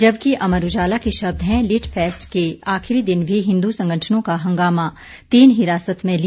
जबकि अमर उजाला के शब्द हैं लिटफेस्ट के आखिरी दिन भी हिंदू संगठनों का हंगामा तीन हिरासत में लिए